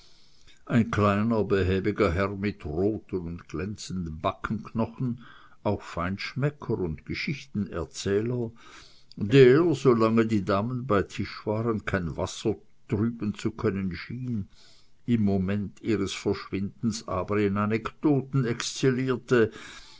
ein kleiner behäbiger herr mit roten und glänzenden backenknochen auch feinschmecker und geschichtenerzähler der solange die damen bei tische waren kein wasser trüben zu können schien im moment ihres verschwindens aber in anekdoten exzellierte